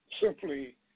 simply